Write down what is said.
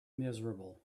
miserable